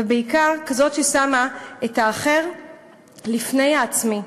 ובעיקר כזאת ששמה את האחר לפני העצמי,